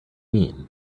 mean